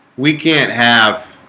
we can't have